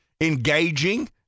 engaging